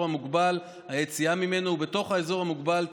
המוגבל והיציאה ממנו ובתוך האזור המוגבל,